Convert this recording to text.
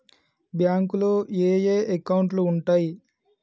బ్యాంకులో ఏయే అకౌంట్లు ఉంటయ్?